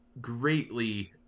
greatly